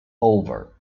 over